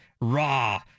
Raw